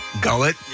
gullet